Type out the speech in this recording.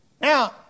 Now